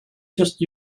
just